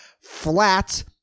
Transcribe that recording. flat